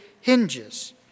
hinges